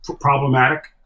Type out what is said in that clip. problematic